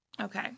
Okay